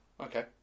Okay